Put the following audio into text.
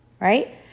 right